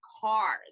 cars